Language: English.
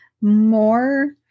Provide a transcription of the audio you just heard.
more